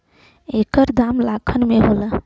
एकर दाम लाखन में होला